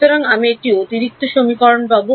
সুতরাং আমি একটি অতিরিক্ত সমীকরণ পাব